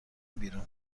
بیرون